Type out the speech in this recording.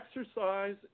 exercise